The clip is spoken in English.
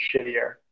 shittier